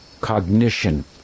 cognition